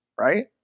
Right